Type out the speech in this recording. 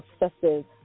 obsessive